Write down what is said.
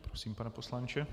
Prosím, pane poslanče.